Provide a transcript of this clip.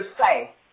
say